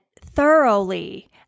thoroughly